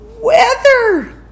weather